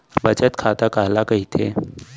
बचत खाता काला कहिथे?